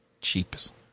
Cheapest